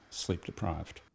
sleep-deprived